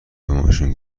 ماشین